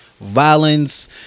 violence